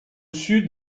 sud